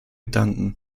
danken